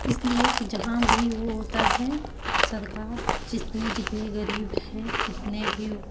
इसलिए की जहाँ भी वो होता है सबका जिसने जितने गरीब है जितने भी